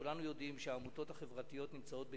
כשכולנו יודעים שהעמותות החברתיות נמצאות בקריסה,